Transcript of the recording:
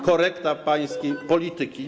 korekta pańskiej polityki.